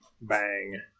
Bang